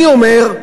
אני אומר: